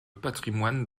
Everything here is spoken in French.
patrimoine